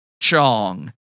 Chong